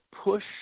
push